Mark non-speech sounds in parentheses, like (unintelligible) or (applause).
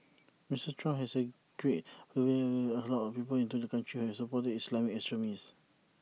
Mister Trump has argued (unintelligible) allowed people into the country have supported Islamic extremists